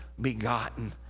begotten